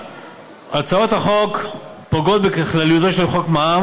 הצעות החוק פוגעות בכלליותו של חוק מע"מ